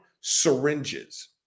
Syringes